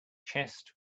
chest